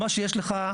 מה שיש לך,